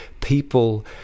people